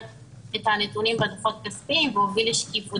מאוד את הנתונים בדוחות הכספיים והוביל לשקיפות.